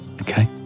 Okay